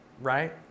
right